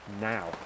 now